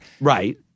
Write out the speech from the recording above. Right